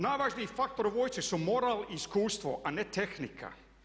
Najvažniji faktor u vojsci su moral i iskustvo a ne tehnika.